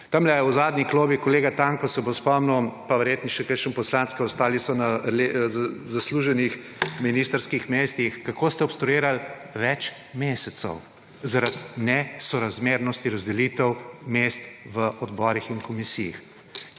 Tamle v zadnji klopi kolega Tanko se bo spomnil, pa verjetno še kakšen poslanec, ker ostali so na zasluženih ministrskih mestih, kako ste obstruirali več mesecev zaradi nesorazmernosti razdelitev mest v odborih in komisijah.